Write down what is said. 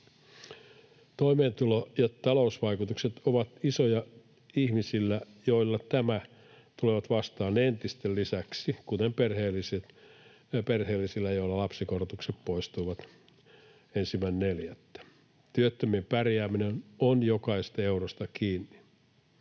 Toimeentulo- ja talousvaikutukset ovat isoja ihmisillä, joilla nämä tulevat vastaan entisten lisäksi, kuten perheellisillä, joilla lapsikorotukset poistuivat 1.4. Työttömien pärjääminen on jokaisesta eurosta kiinni.